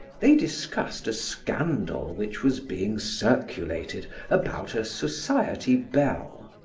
they discussed a scandal which was being circulated about a society belle.